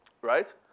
right